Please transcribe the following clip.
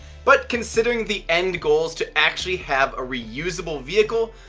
but considering the end goal is to actually have a reusable vehicle,